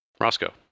Roscoe